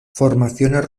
formaciones